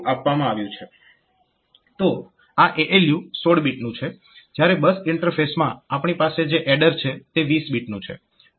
તો આ ALU 16 બીટનું છે જ્યારે બસ ઈન્ટરફેસમાં આપણી પાસે જે એડર છે તે 20 બીટનું છે